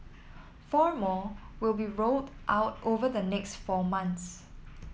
four more will be rolled out over the next four months